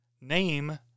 name